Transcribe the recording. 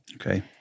Okay